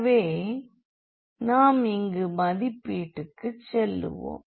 எனவே நாம் இங்கு மதிப்பீட்டுக்கு செல்வோம்